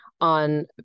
on